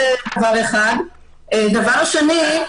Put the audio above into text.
דבר שני,